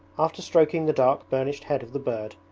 after stroking the dark burnished head of the bird,